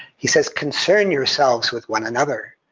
he says, concern yourselves with one another,